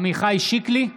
עמיחי שיקלי,